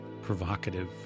provocative